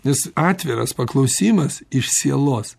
nes atviras paklausimas iš sielos